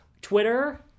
Twitter